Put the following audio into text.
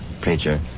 picture